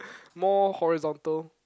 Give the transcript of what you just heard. more horizontal